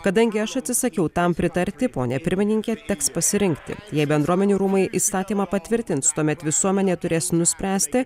kadangi aš atsisakiau tam pritarti pone pirmininke teks pasirinkti jei bendruomenių rūmai įstatymą patvirtins tuomet visuomenė turės nuspręsti